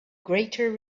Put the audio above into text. greater